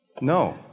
No